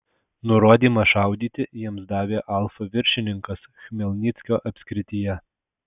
nurodymą šaudyti jiems davė alfa viršininkas chmelnyckio apskrityje